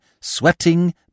sweating